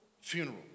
funeral